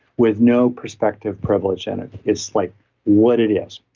with no perspective privilege and it is like what it is.